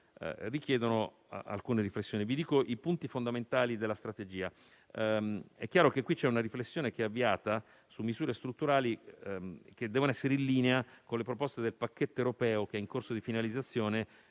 richiedono alcune riflessioni. Vi dico i punti fondamentali della strategia. È chiaro che qui è stata avviata una riflessione su misure strutturali che devono essere in linea con le proposte del pacchetto europeo che è in corso di finalizzazione,